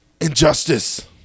Injustice